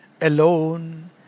alone